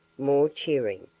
more cheering,